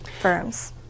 firms